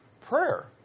prayer